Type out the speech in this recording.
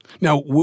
Now